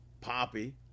Poppy